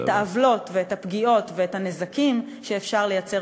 את העוולות ואת הפגיעות ואת הנזקים שאפשר לייצר